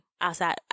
outside